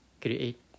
create